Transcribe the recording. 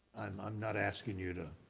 i'm i'm not asking you to